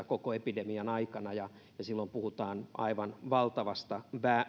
koko epidemian aikana ja silloin puhutaan aivan valtavasta